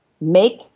make